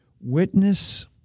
Witness